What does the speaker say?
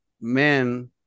men